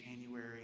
January